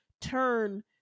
turn